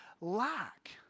lack